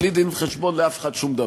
בלי דין-וחשבון לאף אחד שום דבר.